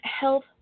health